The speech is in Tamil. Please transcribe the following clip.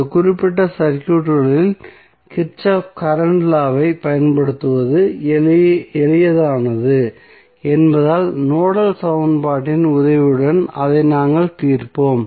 இந்த குறிப்பிட்ட சர்க்யூட்களில் கிர்ச்சோஃப் கரண்ட் லா வைப் பயன்படுத்துவது எளிதானது என்பதால் நோடல் சமன்பாட்டின் உதவியுடன் அதை நாங்கள் தீர்ப்போம்